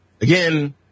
again